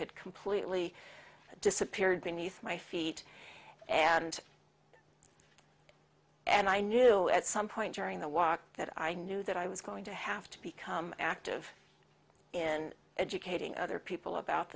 had completely disappeared beneath my feet and and i knew at some point during the walk that i knew that i was going to have to become active in educating other people about